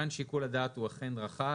כאן שיקול הדעת הוא אכן רחב,